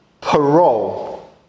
Parole